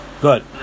Good